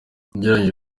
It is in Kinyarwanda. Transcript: ugereranije